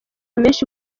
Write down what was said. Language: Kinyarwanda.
menshi